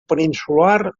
peninsular